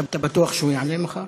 אתה בטוח שהוא יענה לך?